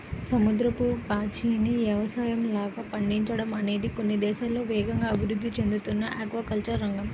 సముద్రపు పాచిని యవసాయంలాగా పండించడం అనేది కొన్ని దేశాల్లో వేగంగా అభివృద్ధి చెందుతున్న ఆక్వాకల్చర్ రంగం